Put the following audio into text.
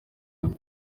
times